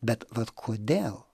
bet vat kodėl